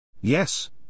Yes